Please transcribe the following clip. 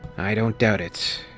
i don't doubt it,